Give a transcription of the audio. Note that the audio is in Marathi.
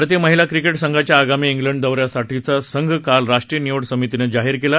भारतीय महिला क्रिकेट संघाच्या आगामी इंग्लड दौऱ्यासाठीचा संघ काल राष्ट्रीय निवड समितीनं जाहीर केला